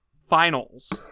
finals